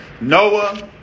Noah